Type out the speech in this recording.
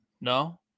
No